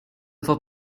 for